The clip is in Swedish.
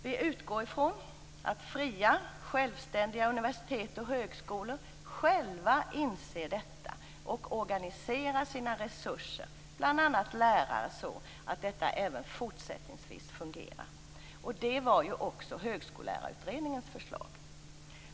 Vi utgår från att fria självständiga universitet och högskolor själva inser detta och organiserar sina resurser, bl.a. lärare, så att detta även fortsättningsvis fungerar. Det var också Högskollärarutredningens förslag.